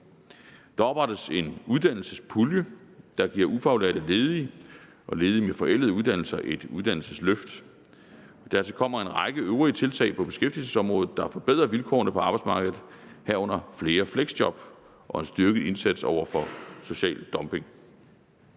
Der oprettes en uddannelsespulje, der giver ufaglærte ledige og ledige med forældede uddannelser et uddannelsesløft. Dertil kommer en række øvrige tiltag på beskæftigelsesområdet, der forbedrer vilkårene på arbejdsmarkedet, herunder flere fleksjob og en styrket indsats mod social dumping.